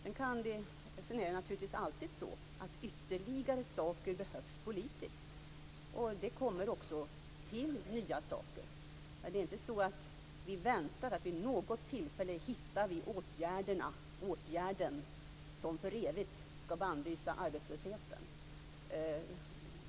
Det behövs naturligtvis ytterligare saker politiskt, och det kommer också till nya saker. Men det är inte så att vi väntar på att vid någon tidpunkt hitta åtgärden som för evigt skall bannlysa arbetslösheten.